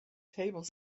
table